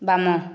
ବାମ